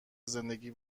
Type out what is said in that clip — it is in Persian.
زندگی